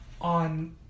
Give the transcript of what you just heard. on